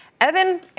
Evan